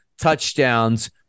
touchdowns